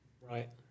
Right